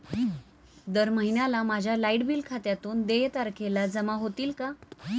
दर महिन्याला माझ्या लाइट बिल खात्यातून देय तारखेला जमा होतील का?